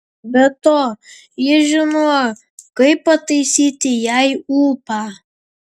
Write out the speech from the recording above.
be to jis žinojo kaip pataisyti jai ūpą